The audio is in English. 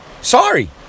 Sorry